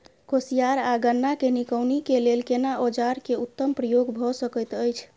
कोसयार आ गन्ना के निकौनी के लेल केना औजार के उत्तम प्रयोग भ सकेत अछि?